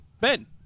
Ben